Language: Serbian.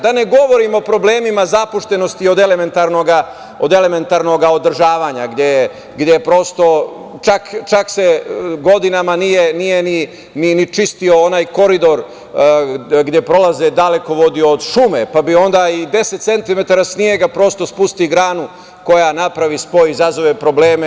Da ne govorim o problemima zapuštenosti od elementarnoga održavanja, čak se i godinama nije ni čistio onaj koridor gde prolaze dalekovodi od šume, pa onda i 10 santimetara snega, prosto spusti granu, koja napravi spoj i izazove probleme.